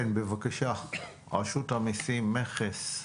כן, בבקשה, רשות המיסים, מכס.